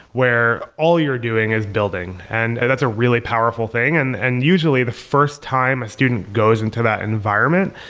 where all you're doing is building. and that's a really powerful thing. and and usually, the first time a student goes into that environment,